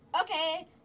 Okay